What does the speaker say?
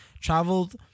traveled